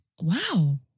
wow